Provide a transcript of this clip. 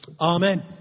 Amen